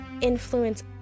influence